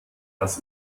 das